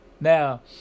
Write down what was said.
Now